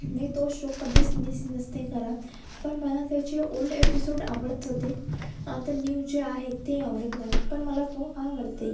मी तो शो कधीच मिस नसते करत पण मला त्याचे ओल्ड एपिसोड आवडत होते आता न्यू जे आहेत ते आवडत नाही पण मला तो आवडते